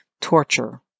torture